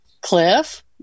Cliff